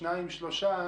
שניים או שלושה,